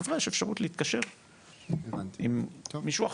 אז אולי יש אפשרות להתקשר עם מישהו אחר.